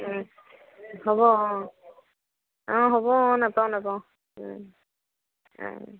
হ'ব অঁ অঁ হ'ব অঁ নাপাওঁ নাপাওঁ